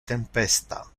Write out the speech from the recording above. tempesta